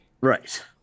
Right